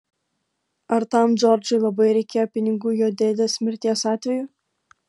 ar tam džordžui labai reikėjo pinigų jo dėdės mirties atveju